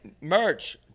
merch